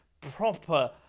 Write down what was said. proper